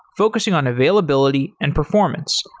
focusing on availability and performance.